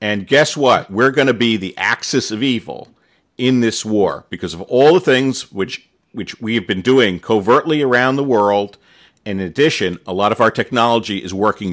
and guess what we're going to be the axis of evil in this war because of all the things which we've been doing covertly around the world in addition a lot of our technology is working